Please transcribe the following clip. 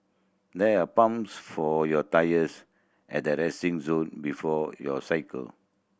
there are pumps for your tyres at the resting zone before you cycle